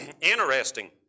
Interesting